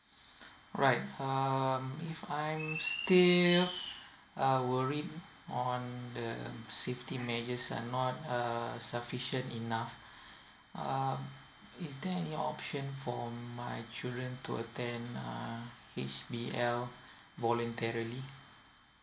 right um if I'm still uh worry on the safety measures are not uh sufficient enough um is there any option for my children to attend uh H_B_L voluntary